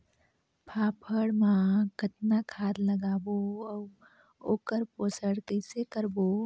फाफण मा कतना खाद लगाबो अउ ओकर पोषण कइसे करबो?